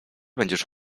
będziesz